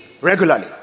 regularly